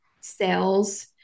sales